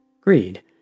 greed